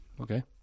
Okay